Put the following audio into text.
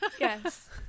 Yes